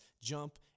jump